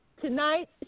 tonight